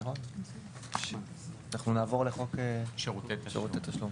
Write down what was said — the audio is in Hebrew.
אנחנו נעבור לחוק שירותי תשלום.